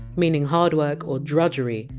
meaning hard work or drudgery,